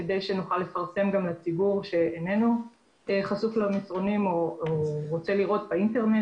כדי שנוכל לפרסם לציבור שאיננו חשוף למסרונים או רוצה לראות באינטרנט,